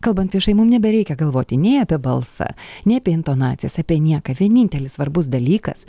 kalbant viešai mum nebereikia galvoti nei apie balsą nei apie intonacijas apie nieką vienintelis svarbus dalykas